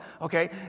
Okay